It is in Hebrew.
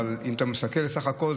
אבל אם אתה מסתכל על סך הכול,